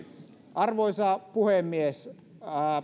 arvoisa puhemies